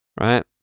right